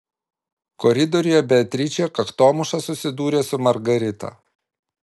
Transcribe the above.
koridoriuje beatričė kaktomuša susidūrė su margarita